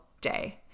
day